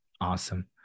Awesome